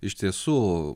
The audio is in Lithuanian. iš tiesų